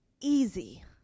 easy